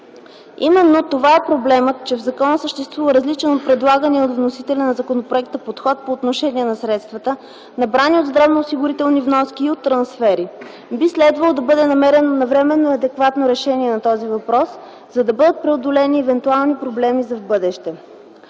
Именно това е проблемът, че в закона съществува различен от предлагания от вносителите на законопроекта подход по отношение на средствата, набрани от здравноосигурителни вноски и от трансфери. Би следвало да бъде намерено навременно и адекватно решение на този въпрос, за да бъдат преодолени евентуални проблеми за в бъдеще.